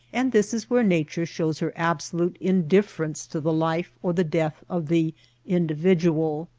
and this is where nature shows her absolute indifference to the life or the death of the individual.